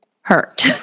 hurt